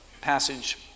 passage